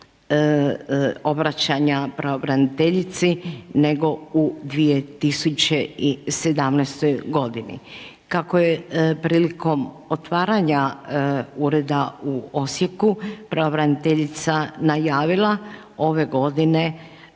obraćanja pravobraniteljici nego u 2017.g. Kako je prilikom otvaranja ureda u Osijeku, pravobraniteljica najavila, ove godine,